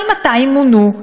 אבל 200 מונו.